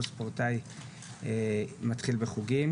כל ספורטאי מתחיל בחוגים,